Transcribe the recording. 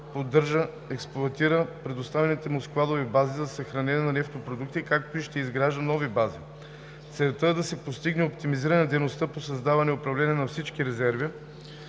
експлоатира предоставените му складови бази за съхранение на нефтопродукти, както и ще изгражда нови бази. Целта е да се постигне оптимизиране на дейностите по създаване и управление на всички резерви